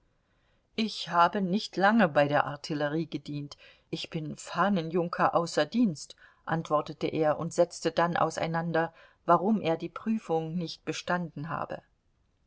ich habe nicht lange bei der artillerie gedient ich bin fahnenjunker außer dienst antwortete er und setzte dann auseinander warum er die prüfung nicht bestanden habe